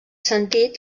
sentit